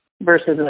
versus